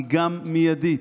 היא גם מיידית.